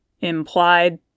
Implied